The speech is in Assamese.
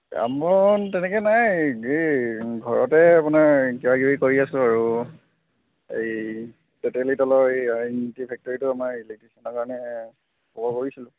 কাম বন তেনেকৈ নাই এই এই ঘৰতে আপোনাৰ কিবাকিবি কৰি আছোঁ আৰু এই তেতেলি তলৰ এই অ' এন জি চি ফেক্টৰিটো আমাৰ এই ইলেক্ট্ৰিচিয়ানৰ কাৰণে খবৰ কৰিছিলোঁ